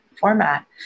format